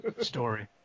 story